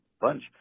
bunch